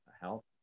help